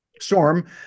storm